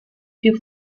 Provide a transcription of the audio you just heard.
più